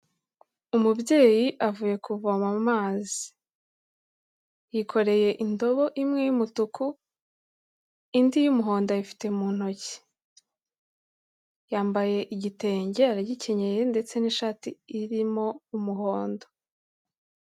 Umubyeyi avuye kuvoma amazi. Yikoreye indobo imwe y'umutuku, indi y'umuhondo ayifite mu ntoki. Yambaye igitenge aragikenyeye ndetse n'ishati irimo umuhondo.